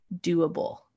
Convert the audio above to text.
doable